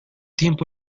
tiempo